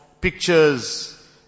pictures